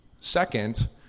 Second